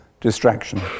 distraction